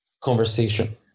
conversation